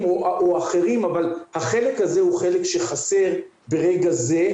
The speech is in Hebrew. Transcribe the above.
או אחרים אבל החלק הזה הוא חלק שחסר ברגע זה,